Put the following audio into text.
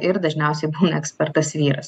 ir dažniausiai būna ekspertas vyras